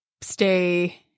stay